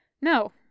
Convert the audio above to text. No